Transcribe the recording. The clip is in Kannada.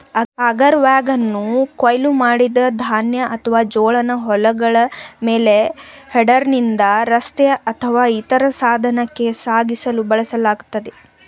ಆಗರ್ ವ್ಯಾಗನನ್ನು ಕೊಯ್ಲು ಮಾಡಿದ ಧಾನ್ಯ ಅಥವಾ ಜೋಳನ ಹೊಲಗಳ ಮೇಲೆ ಹೆಡರ್ನಿಂದ ರಸ್ತೆ ಅಥವಾ ಇತರ ಸಾಧನಕ್ಕೆ ಸಾಗಿಸಲು ಬಳಸಲಾಗ್ತದೆ